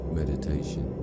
meditation